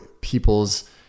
people's